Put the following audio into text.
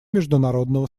международного